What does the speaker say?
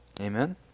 Amen